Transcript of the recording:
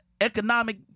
economic